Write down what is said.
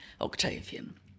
Octavian